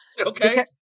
Okay